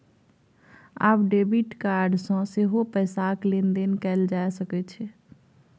आब debit card सँ सेहो पैसाक लेन देन कैल जा सकैत छै